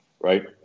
Right